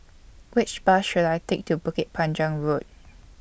Which Bus should I Take to Bukit Panjang Road